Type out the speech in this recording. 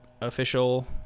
official